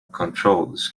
controls